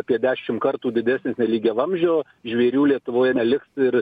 apie dešim kartų didesnis lygiavamzdžio žvėrių lietuvoje neliks ir